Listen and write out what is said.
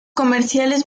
comerciales